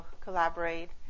collaborate